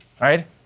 right